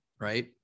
right